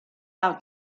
out